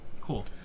Cool